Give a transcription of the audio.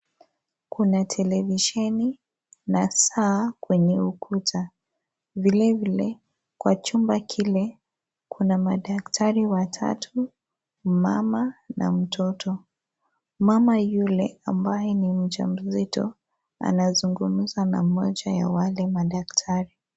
Kuna televisheni na saa kwenye ukuta. Vilevile, kwa chumba kile, kuna madaktari watatu, mama na mtoto. Mama yule ambaye ni mjamzito anazungumza na mmoja wa wale madaktari.